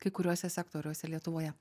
kai kuriuose sektoriuose lietuvoje